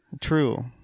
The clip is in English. true